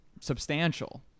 substantial